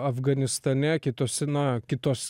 afganistane kitos na kitos